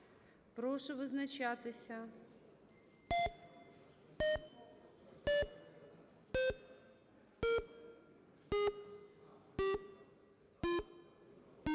Прошу визначатися.